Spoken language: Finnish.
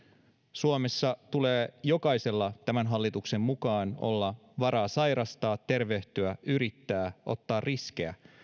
suomessa tulee jokaisella tämän hallituksen mukaan olla varaa sairastaa tervehtyä yrittää ottaa riskejä